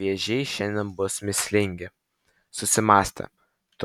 vėžiai šiandien bus mįslingi susimąstę